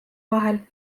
vahel